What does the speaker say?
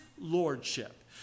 lordship